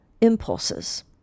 impulses